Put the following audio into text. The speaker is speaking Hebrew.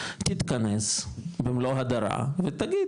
תתכנס במלוא הדרה ותגיד,